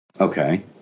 Okay